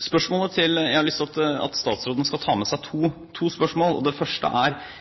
Jeg har lyst til at statsråden skal ta med seg to spørsmål. Det første